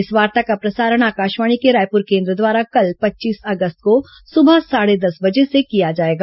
इस वार्ता का प्रसारण आकाशवाणी के रायपुर केन्द्र द्वारा कल पच्चीस अगस्त को सुबह साढ़े दस बजे से किया जाएगा